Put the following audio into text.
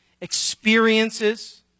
experiences